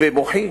במוחי